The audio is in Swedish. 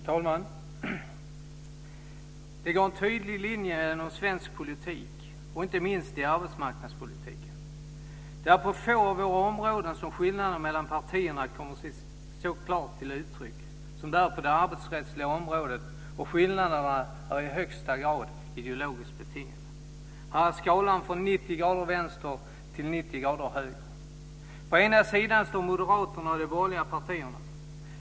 Fru talman! Det går en tydlig skiljelinje genom svensk politik, inte minst genom arbetsmarknadspolitiken. På få områden kommer skillnaderna mellan partierna så klart till uttryck som på det arbetsrättsliga området, och skillnaderna är i högsta grad ideologiskt betingade. Här går skalan från 90 grader vänster till På ena sidan står Moderaterna och de andra borgerliga partierna.